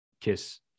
kiss